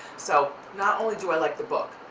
so not only do i like the book.